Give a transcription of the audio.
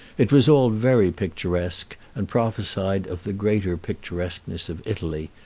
it was all very picturesque, and prophesied of the greater picturesqueness of italy,